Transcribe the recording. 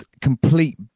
complete